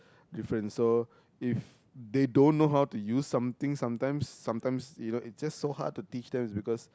difference so if they don't know how to use something sometimes sometimes you know it's just so hard to teach them because